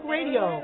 Radio